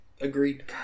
Agreed